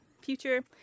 future